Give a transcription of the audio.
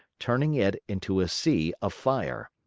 turning it into a sea of fire.